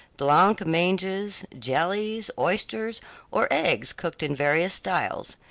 blanc-manges, jellies, oysters or eggs cooked in various styles,